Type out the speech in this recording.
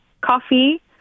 Coffee